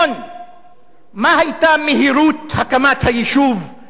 מה היתה מהירות הקמת היישוב החלופי,